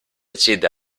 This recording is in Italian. accede